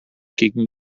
gegen